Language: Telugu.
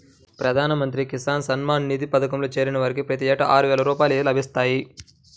ప్రధాన మంత్రి కిసాన్ సమ్మాన్ నిధి పథకంలో చేరిన వారికి ప్రతి ఏటా ఆరువేల రూపాయలు లభిస్తాయి